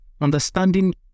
understanding